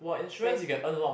friends doing